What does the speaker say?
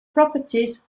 properties